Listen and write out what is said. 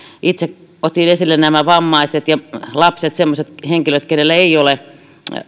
itse otin esille vammaiset ja lapset semmoiset henkilöt joilla ei ole